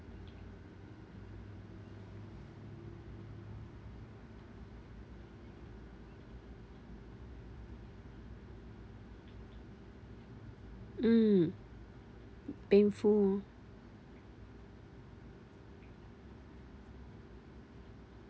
mm painful